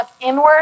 inward